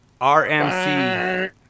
RMC